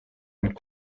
and